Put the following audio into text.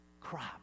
crop